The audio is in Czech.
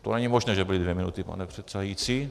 To není možné, že byly dvě minuty, pane předsedající.